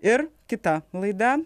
ir kita laida